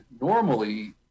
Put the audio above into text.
normally